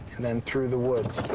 and then through the woods.